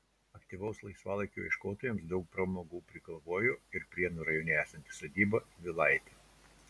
aktyvaus laisvalaikio ieškotojams daug pramogų prigalvojo ir prienų rajone esanti sodyba vilaitė